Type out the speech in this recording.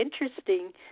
interesting